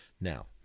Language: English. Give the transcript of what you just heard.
Now